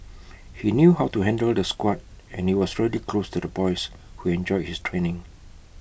he knew how to handle the squad and he was really close to the boys who enjoyed his training